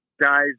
Guys